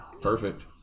Perfect